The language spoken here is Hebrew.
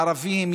ערבים,